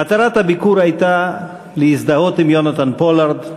מטרת הביקור הייתה להזדהות עם יונתן פולארד,